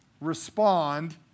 respond